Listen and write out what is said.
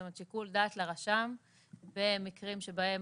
זאת אומרת שיקול דעת לרשם במקרים שבהם